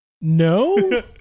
No